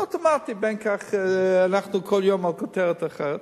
זה אוטומטי, גם כך אנחנו כל יום בכותרת אחרת.